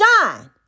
shine